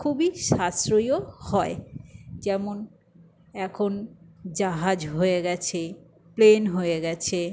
খুবই সাশ্রয়ইও হয় যেমন এখন জাহাজ হয়ে গেছে প্লেন হয়ে গেছে